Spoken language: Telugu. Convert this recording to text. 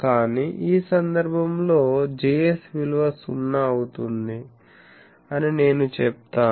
కానీ ఈ సందర్భంలో Js విలువ 0 అవుతుంది అని నేను చెప్తాను